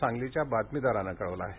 सांगलीच्या बातमीदारानं कळवलं आहे